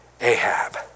Ahab